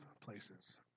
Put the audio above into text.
places